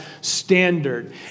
standard